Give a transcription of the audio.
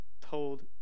told